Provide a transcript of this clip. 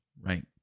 right